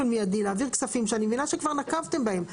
מיידי להעביר כספים שאני מבינה שכבר נקבתם בהם,